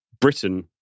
Britain